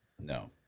No